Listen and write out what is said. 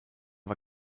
war